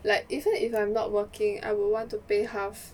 like even if I'm not working I will want to pay half